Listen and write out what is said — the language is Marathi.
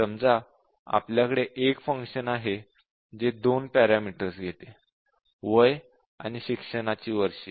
समजा आपल्याकडे एक फंक्शन आहे जे दोन पॅरामीटर्स घेते वय आणि शिक्षणाची वर्षे